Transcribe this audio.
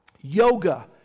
Yoga